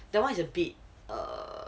that one is a bit err